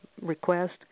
request